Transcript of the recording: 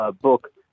book